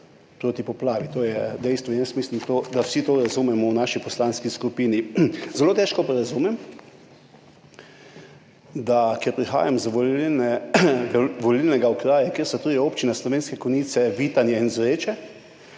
proti poplavi. To je dejstvo in mislim, da vsi to razumemo v naši poslanski skupini. Zelo težko pa razumem, ker prihajam iz volilnega okraja, kjer so tudi občine Slovenske Konjice, Vitanje in Zreče,